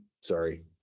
sorry